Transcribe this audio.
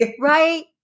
Right